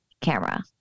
camera